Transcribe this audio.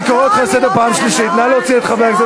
נא להוריד.